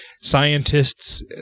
scientists